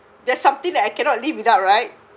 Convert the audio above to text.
there's something that I cannot live without right